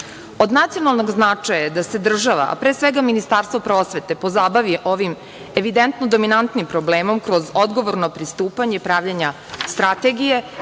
nacionalnog značaja je da se država, a pre svega Ministarstvo prosvete, pozabavi ovim evidentno dominantnim problemom kroz odgovorno pristupanje pravljenju strategije